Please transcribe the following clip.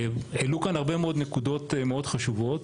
העלו כאן הרבה מאוד נקודות מאוד חשובות